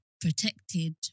Protected